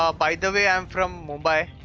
ah by demand from nearby